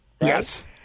Yes